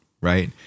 right